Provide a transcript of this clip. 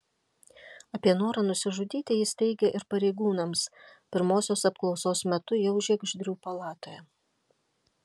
apie norą nusižudyti jis teigė ir pareigūnams pirmosios apklausos metu jau žiegždrių palatoje